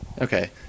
Okay